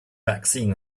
vaccine